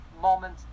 moment